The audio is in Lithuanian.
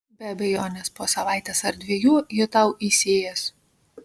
be abejonės po savaitės ar dviejų ji tau įsiės